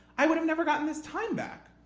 i would've never gotten this time back.